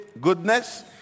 goodness